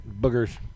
Boogers